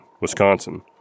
Wisconsin